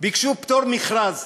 ביקשו פטור ממכרז.